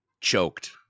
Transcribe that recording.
choked